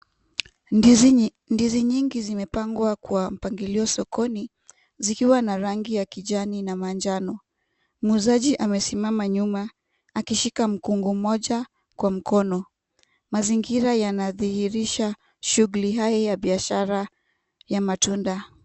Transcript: Ndizi nyingi zimepangwa kwa mpangilio sokoni, zikiwa na rangi ya kijani na manjano. Muuzaji amesimama nyuma, akishika mkungu mmoja kwa mkono. Mazingira yanadhihirisha shughuli haya ya biashara ya matunda.